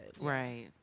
right